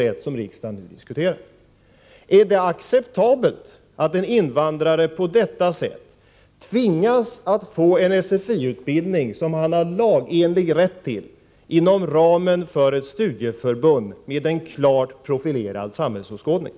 Är det acceptabelt att en invandrare på detta sätt tvingas att få en SFI-utbildning som han har lagenlig rätt till inom ramen för ett studieförbund med en klart profilerad samhällsåskådning?